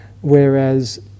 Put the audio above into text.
whereas